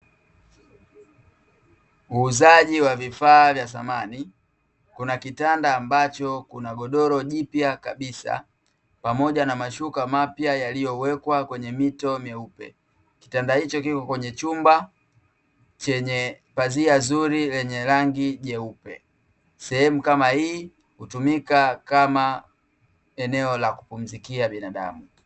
Uuzaji wa vifaa vya samani, kuna kitanda ambacho kuna godoro jipya kabisa, pamoja na mashuka mapya yaliyowekwa kwenye mito meupe. Kitanda hicho kipo kwenye chumba chenye pazia zuri lenye rangi nyeupe. Sehemu kama hii hutumika kama eneo la kupumzikia binadamu.